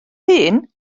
hun